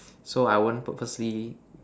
so I won't purposely